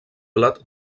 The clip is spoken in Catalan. bat